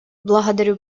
благодарю